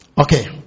okay